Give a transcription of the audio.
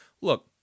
Look